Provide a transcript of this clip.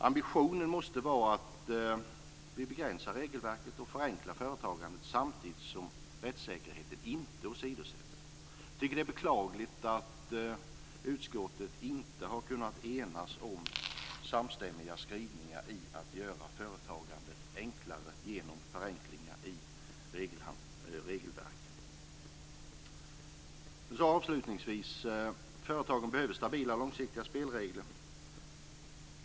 Ambitionen måste vara att begränsa regelverket och förenkla företagandet samtidigt som rättssäkerheten inte åsidosätts. Jag tycker att det är beklagligt att utskottet inte har kunnat enas om samstämmiga skrivningar när det gäller att göra företagandet enklare genom förenklingar i regelverken. Avslutningsvis vill jag säga att företagen behöver stabila och långsiktiga spelregler.